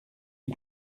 est